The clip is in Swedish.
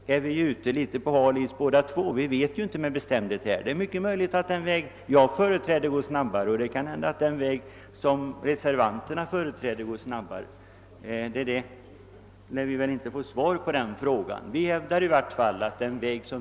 I detta avseende är vi på båda sidor ute på litet hal is.